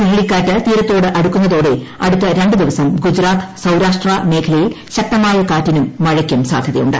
ചുഴലിക്കാറ്റ് തീരത്തോട് അടുക്കുന്നതോടെ അടുത്ത രണ്ടു ദിവസം ഗുജറാത്ത് സൌരാഷ്ട്ര മേഖലയിൽ ശക്തമായ കാറ്റിനും മഴയ്ക്കും സാധ്യതയുണ്ട്